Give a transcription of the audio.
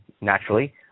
naturally